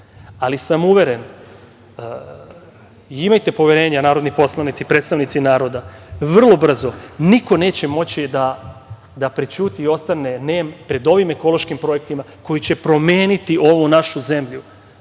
ali sam uveren i imajte poverenja narodni poslanici, predstavnici naroda, vrlo brzo niko neće moći da prećuti i ostane nem pred ovim ekološkim projektima koji će promeniti ovu našu zemlju.